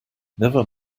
never